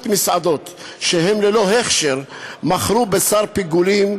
מסעדות שהן ללא הכשר מכרו בשר פיגולים,